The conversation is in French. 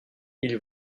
ils